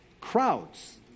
Crowds